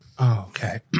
okay